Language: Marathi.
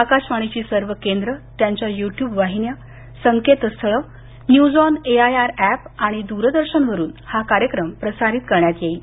आकाशवाणीची सर्व केंद्र त्यांच्या युट्यूब वाहिन्या तसंच संकेतस्थळ news on A I R या ऍप आणि दूरदर्शनवरून हा कार्यक्रम प्रसारित करण्यात येईल